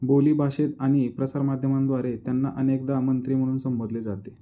बोलीभाषेत आणि प्रसारमाध्यमांद्वारे त्यांना अनेकदा मंत्री म्हणून संबोधले जाते